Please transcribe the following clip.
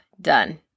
done